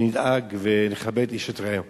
ונדאג לכבד איש את רעהו.